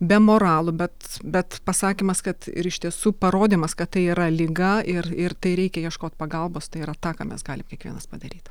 be moralų bet bet pasakymas kad ir iš tiesų parodymas kad tai yra liga ir ir tai reikia ieškot pagalbos tai yra tą ką mes galim kiekvienas padaryt